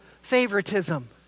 favoritism